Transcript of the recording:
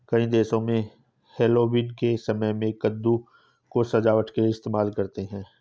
कई देशों में हैलोवीन के समय में कद्दू को सजावट के लिए इस्तेमाल करते हैं